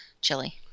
chili